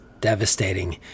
devastating